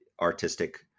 artistic